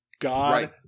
God